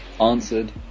answered